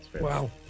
Wow